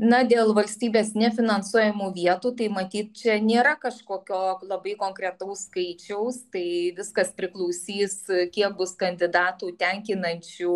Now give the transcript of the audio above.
na dėl valstybės nefinansuojamų vietų tai matyt čia nėra kažkokio labai konkretaus skaičiaus tai viskas priklausys kiek bus kandidatų tenkinančių